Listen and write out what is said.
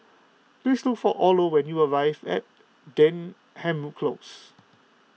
please look for Orlo when you arrive Denham Close